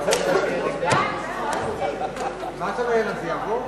הצרכן (תיקון, זיכוי),